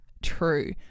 true